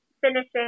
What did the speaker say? finishing